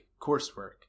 coursework